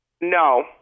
No